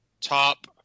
top